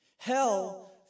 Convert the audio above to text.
Hell